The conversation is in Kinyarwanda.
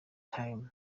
time